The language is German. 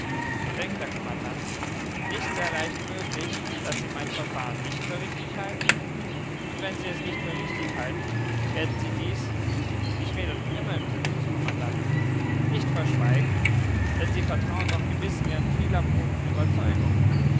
so denkt der kommandant nicht sehr leicht möglich daß sie mein verfahren nicht für richtig halten und wenn sie es nicht für richtig halten werden sie dies ich rede noch immer im sinne des kommandanten nicht verschweigen denn sie vertrauen doch gewiß ihren vielerprobten überzeugungen